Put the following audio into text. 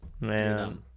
man